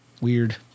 weird